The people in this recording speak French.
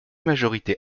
majorité